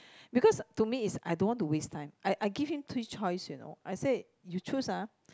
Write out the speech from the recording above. because to me it's I don't want to waste time I I give him three choice you know I said you choose ah